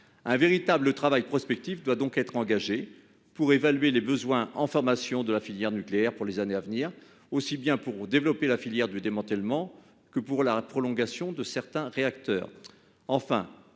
Un véritable travail prospectif doit donc être engagé pour évaluer les besoins en formation pour les années à venir, aussi bien pour développer la filière du démantèlement que pour la prolongation de certains réacteurs. Cet